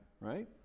Right